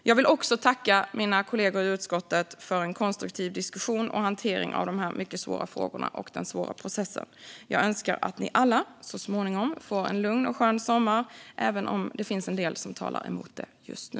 Jag vill också tacka mina kollegor i utskottet för en konstruktiv diskussion och hantering av dessa mycket svåra frågor och den svåra processen. Jag önskar att ni alla så småningom får en lugn och skön sommar, även om det finns en del som talar emot det just nu.